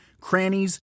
crannies